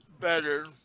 better